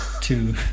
Two